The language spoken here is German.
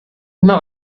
immer